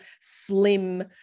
slim